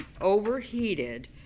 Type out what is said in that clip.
overheated